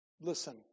Listen